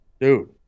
dude